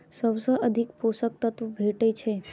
सबसँ अधिक पोसक तत्व भेटय छै?